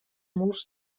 murs